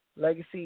legacy